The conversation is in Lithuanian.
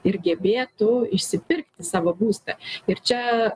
ir gebėtų išsipirkti savo būstą ir čia